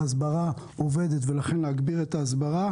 ההסברה עובדת ולכן יש להגביר אותה.